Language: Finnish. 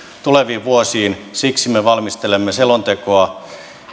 tuleviin vuosiin siksi me valmistelemme selontekoa